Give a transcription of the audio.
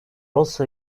also